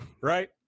right